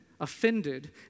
offended